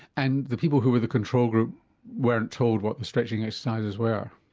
and the people who were the control group weren't told what the stretching exercises were?